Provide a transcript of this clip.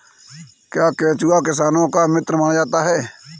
क्या केंचुआ किसानों का मित्र माना जाता है?